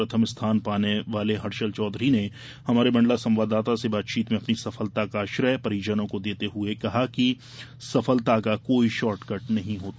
प्रथम स्थान पाने वाले हर्षल चौधरी ने हमारे मण्डला संवाददाता से बातचीत में अपनी सफलता का श्रेय परिजनों को देते हुए कहा कि सफलता का कोई शार्टकट नहीं होता